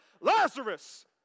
Lazarus